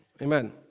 Amen